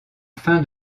fin